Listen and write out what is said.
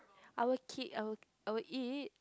I will keep I will I will eat